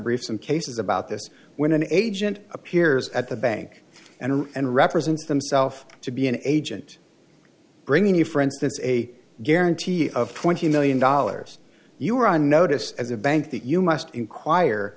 brief some cases about this when an agent appears at the bank and and represents themself to be an agent bringing you for instance a guarantee of twenty million dollars you are on notice as a bank that you must enquire